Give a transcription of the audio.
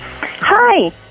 Hi